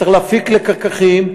צריך להפיק לקחים,